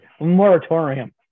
moratorium